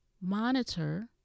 monitor